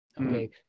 okay